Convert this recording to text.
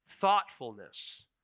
thoughtfulness